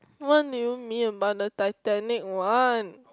what do you mean about the titanic one